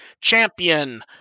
champion